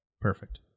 perfect